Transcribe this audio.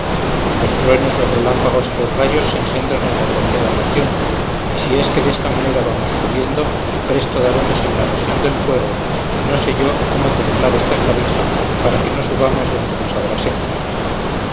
los truenos los relámpagos y los rayos se engendran en la tercera región y si es que desta manera vamos subiendo presto daremos en la región del fuego y no sé yo cómo templar esta clavija para que no subamos donde nos abrasemos